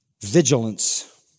vigilance